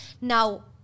Now